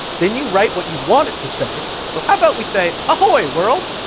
then you write what you want it to say. so how about we say, ahoy world?